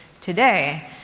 today